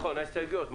אה, על ההסתייגויות.